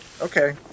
Okay